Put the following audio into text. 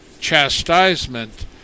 chastisement